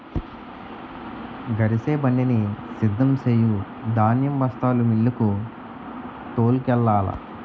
గరిసెబండిని సిద్ధం సెయ్యు ధాన్యం బస్తాలు మిల్లుకు తోలుకెల్లాల